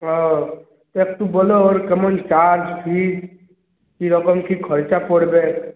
ও তো একটু বলো ওর কেমন চার্জ ফি কীরকম কী খরচা পড়বে